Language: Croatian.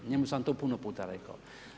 Njemu sam to puno puta rekao.